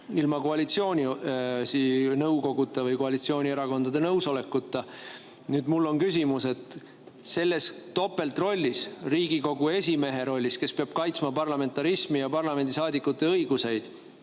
ilma koalitsiooninõukoguta või koalitsioonierakondade nõusolekuta. Mul on küsimus. Selles topeltrollis, Riigikogu esimehe rollis, kes peab kaitsma parlamentarismi ja parlamendisaadikute õiguseid,